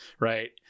right